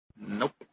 Nope